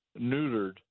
neutered